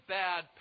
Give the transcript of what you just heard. bad